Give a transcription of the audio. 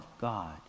God